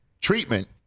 treatment